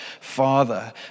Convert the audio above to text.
father